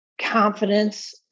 confidence